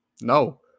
No